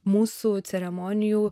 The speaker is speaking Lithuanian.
mūsų ceremonijų